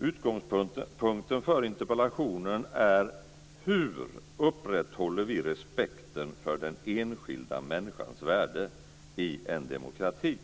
Utgångspunkten för interpellationen är: Hur upprätthåller vi respekten för den enskilda människans värde i en demokrati?